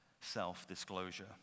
self-disclosure